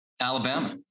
Alabama